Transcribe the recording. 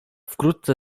wkrótce